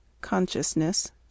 consciousness